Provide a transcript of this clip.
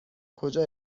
کجا